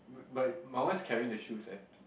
but but my one is carrying the shoes eh